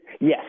Yes